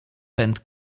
pęd